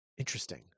interesting